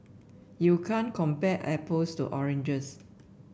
you can't compare apples to oranges